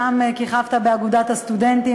שם כיכבת באגודת הסטודנטים,